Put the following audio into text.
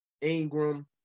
Ingram